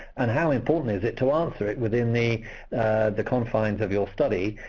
and how important is it to answer it within the the confines of your study?